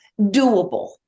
doable